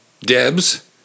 Debs